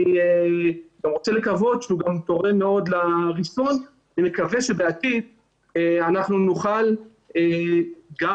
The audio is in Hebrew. אני רוצה לקוות שהוא גם תורם מאוד לריסון ומקווה שבעתיד אנחנו נוכל גם